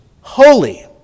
holy